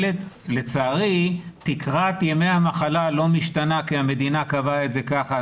לצערי תקרת ימי המחלה לא משתנה כי המדינה קבעה את זה כך.